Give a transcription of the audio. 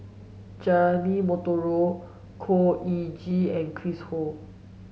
Jeremy Monteiro Khor Ean Ghee and Chris Ho